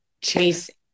chasing